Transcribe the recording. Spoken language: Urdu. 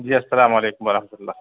جی السلام علیکم ورحمة اللہ